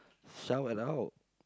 shout it out